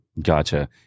Gotcha